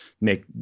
make